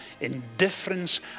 indifference